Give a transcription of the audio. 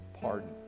pardon